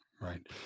right